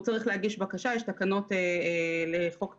הוא צריך להגיש בקשה, יש תקנות לחוק ---.